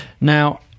now